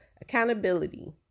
accountability